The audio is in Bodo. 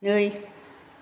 नै